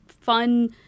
fun